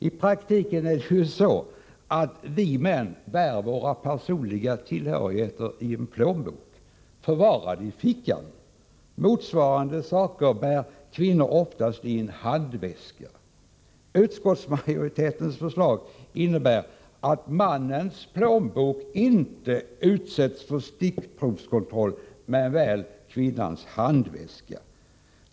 I praktiken har ju vi män våra pengar och personliga tillhörigheter i en plånbok, förvarad i fickan. Motsvarande saker bär kvinnor oftast i en handväska. Utskottsmajoritetens förslag innebär att mannens plånbok inte utsätts för stickprovskontroll, men väl kvinnans handväska.